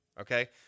okay